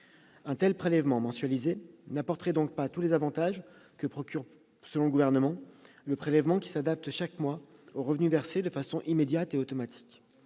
un tel prélèvement mensualisé n'offrirait pas tous les avantages que procure, selon le Gouvernement, un prélèvement s'adaptant chaque mois aux revenus versés, de façon immédiate et automatique.